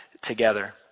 together